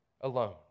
alone